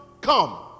come